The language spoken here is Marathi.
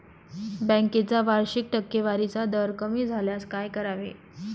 बँकेचा वार्षिक टक्केवारीचा दर कमी झाल्यास काय करावे?